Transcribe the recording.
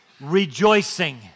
Rejoicing